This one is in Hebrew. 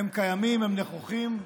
הם קיימים, הם נכוחים,